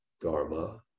dharma